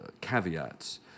caveats